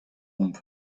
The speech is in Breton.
omp